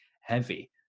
heavy